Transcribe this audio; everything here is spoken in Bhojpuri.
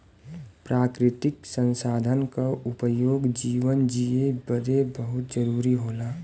प्राकृतिक संसाधन क उपयोग जीवन जिए बदे बहुत जरुरी होला